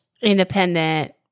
independent